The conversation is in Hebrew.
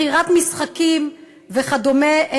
מכירת משחקים וכדומה,